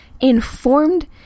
Informed